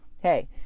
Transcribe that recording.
hey